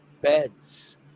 beds